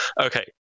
okay